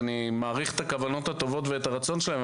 אני מעריך את הכוונות ואת הרצון שלהם,